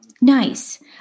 Nice